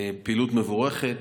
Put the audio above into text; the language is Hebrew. פעילות מבורכת,